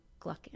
Gluckin